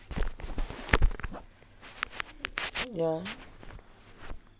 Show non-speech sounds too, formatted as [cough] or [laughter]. [noise] ya mm